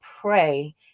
pray